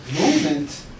movement